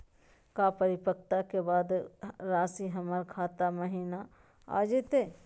का परिपक्वता के बाद रासी हमर खाता महिना आ जइतई?